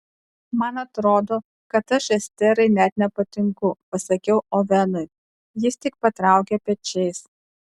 man atrodo kad aš esterai net nepatinku pasakiau ovenui jis tik patraukė pečiais